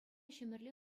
ҫӗмӗрле